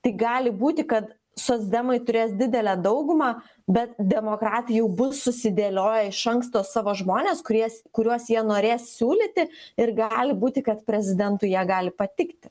tai gali būti kad socdemai turės didelę daugumą bet demokratija jau bus susidėlioję iš anksto savo žmones kuries kuriuos jie norės siūlyti ir gali būti kad prezidentui jie gali patikti